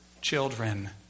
children